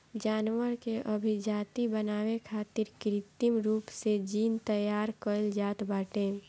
जानवर के अभिजाति बनावे खातिर कृत्रिम रूप से जीन तैयार कईल जात बाटे